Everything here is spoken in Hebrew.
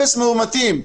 אפס מאומתים.